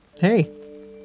Hey